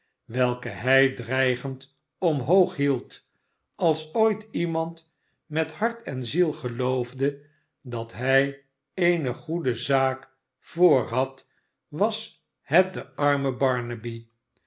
welken hij dreigend omhoog hield als ooit iemand met hart en ziel geloofde dat hij eene goede zaak voor had was het de arme